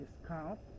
discount